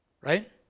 right